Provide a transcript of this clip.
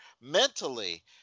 mentally